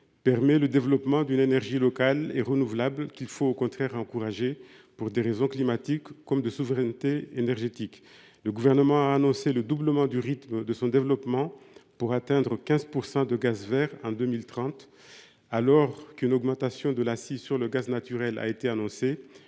permet le développement d’une énergie locale et renouvelable qu’il faut encourager pour des raisons aussi bien climatiques que de souveraineté énergétique. Le Gouvernement prévoit le doublement du rythme de son développement, pour atteindre 15 % de gaz verts en 2030. Alors qu’une augmentation de l’accise sur le gaz naturel a été annoncée,